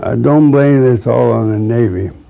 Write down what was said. ah don't blame this all on the navy.